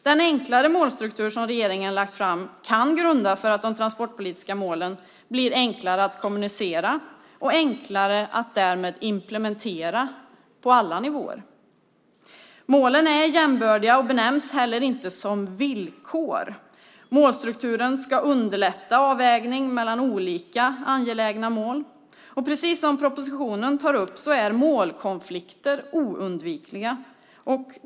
Den enklare målstruktur som regeringen har lagt fram kan ligga som grund för att de transportpolitiska målen blir enklare att kommunicera och därmed enklare att implementera på alla nivåer. Målen är jämbördiga och benämns heller inte som villkor. Målstrukturen ska underlätta avvägning mellan olika angelägna mål. Precis som propositionen tar upp är målkonflikter oundvikliga.